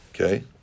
okay